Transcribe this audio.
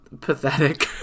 pathetic